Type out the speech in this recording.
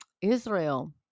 Israel